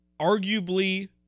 arguably